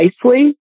precisely